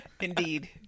indeed